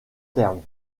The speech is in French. terme